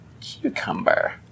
Cucumber